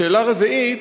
שאלה רביעית,